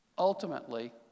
Ultimately